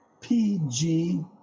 PG